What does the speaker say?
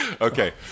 Okay